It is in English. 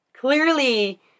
Clearly